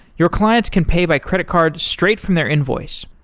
your clients can pay by credit card straight from their invoice.